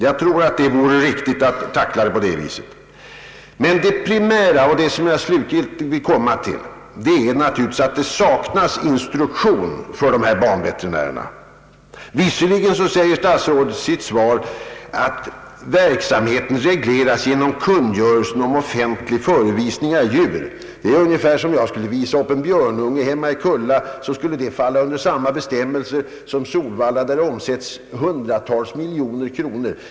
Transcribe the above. Jag tror att det vore riktigt att tackla problemet på det viset. Men det primära och det som jag slutgiltigt vill komma fram till är att det saknas instruktion för banveterinärerna. Visserligen säger statsrådet i sitt svar att »verksamheten regleras genom kungörelsen om offentlig förevisning av djur». Om jag skulle visa upp en björnunge hemma i Kulla, skulle det falla under samma bestämmelser som de som gäller på Solvalia, där det omsätts hundratals miljoner kronor.